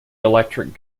electric